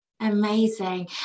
Amazing